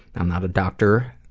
i'm not a doctor,